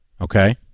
Okay